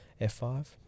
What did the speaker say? f5